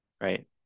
right